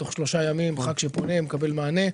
תוך שלושה ימים ח"כ שפונה מקבל מענה.